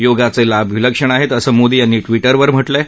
योगाचे लाभ विलक्षण आहेत असं मोदी यांनी ट्विटरवर म्हटलं आहे